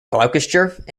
gloucestershire